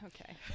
Okay